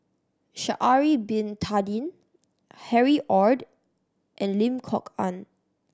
Sha'ari Bin Tadin Harry Ord and Lim Kok Ann